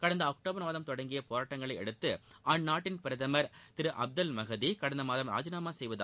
கடந்த அக்டோபர் மாதம் தொடங்கிய போராட்டங்களை அடுத்து அந்நாட்டின் பிரதமர் திரு அப்தல் மஹதி கடந்த மாதம் ராஜினாமா செய்வதாக அறிவித்தார்